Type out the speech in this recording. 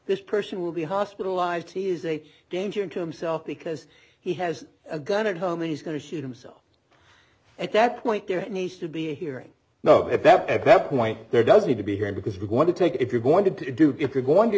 this person will be hospitalized he is a danger to himself because he has a gun at home and he's going to shoot himself at that point there needs to be a hearing no if that at that point there does need to be here because we're going to take if you're going to do if you're going to